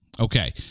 okay